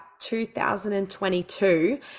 2022